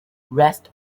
rest